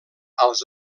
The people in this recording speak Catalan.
als